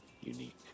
unique